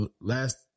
last